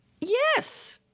Yes